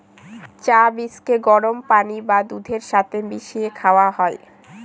চা বীজকে গরম পানি বা দুধের সাথে মিশিয়ে খাওয়া হয়